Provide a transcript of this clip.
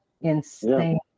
insane